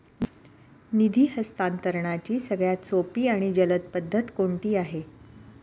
निधी हस्तांतरणाची सगळ्यात सोपी आणि जलद पद्धत कोणती आहे?